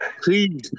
Please